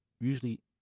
usually